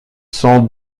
sans